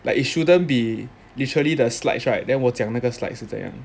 like it shouldn't be literally the slides right then 我讲那个 slide 是怎样